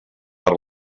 per